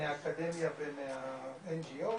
מהאקדמיה ומה-NGOs.